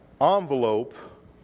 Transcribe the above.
envelope